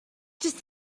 just